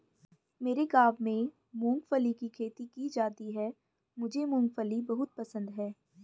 मेरे गांव में मूंगफली की खेती की जाती है मुझे मूंगफली बहुत पसंद है